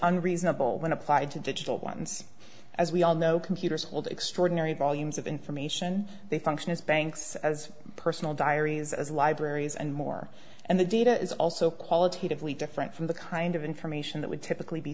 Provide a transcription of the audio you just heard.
unreasonable when applied to digital ones as we all know computers hold extraordinary volumes of information they function as banks as personal diaries as libraries and more and the data is also qualitatively different from the kind of information that would typically be